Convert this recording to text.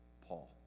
Paul